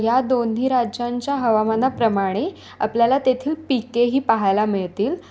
ह्या दोन्ही राज्यांच्या हवामाना प्रमाणे आपल्याला तेथील पिकेही पाहायला मिळतील